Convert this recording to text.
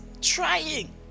trying